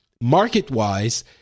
market-wise